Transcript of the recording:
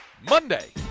Monday